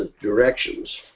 directions